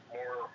more